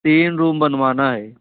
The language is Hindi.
तीन रूम बनवाना है